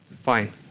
fine